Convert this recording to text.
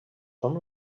com